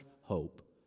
hope